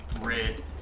Red